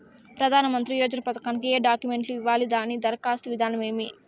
ప్రధానమంత్రి యోజన పథకానికి ఏ డాక్యుమెంట్లు ఇవ్వాలి దాని దరఖాస్తు విధానం ఏమి